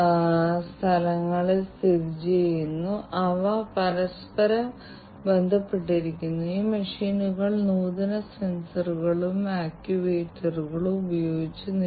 മറ്റ് ചില ഘടകങ്ങൾ പ്രവർത്തനക്ഷമമാക്കാൻ വേണ്ടിയാണെങ്കിൽ അത് പുതിയതല്ലെങ്കിൽ വിവിധ പ്രവർത്തനങ്ങൾ നിയന്ത്രിക്കാനും മെച്ചപ്പെടുത്താനും ഒപ്റ്റിമൈസ് ചെയ്യാനും IIoT സെൻസറുകളും ആക്യുവേറ്ററുകളും എല്ലായിടത്തും ഉപയോഗിച്ചിട്ടുണ്ട്